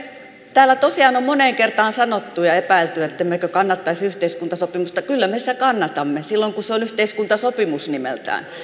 täällä tosiaan on moneen kertaan sanottu ja epäilty ettemme kannattaisi yhteiskuntasopimusta kyllä me sitä kannatamme silloin kun se on yhteiskuntasopimus nimeltään